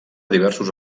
diversos